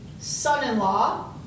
son-in-law